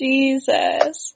Jesus